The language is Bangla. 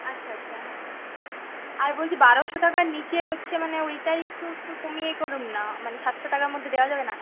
আচ্ছা আচ্ছা আর বলছি বারোশো টাকার নিচে হচ্ছে মানে ওইটাই একটু একটু কমিয়ে করুন না মানে সাতশো টাকার মধ্যে দেওয়া যাবে না